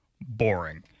boring